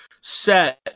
set